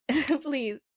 Please